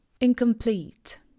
Incomplete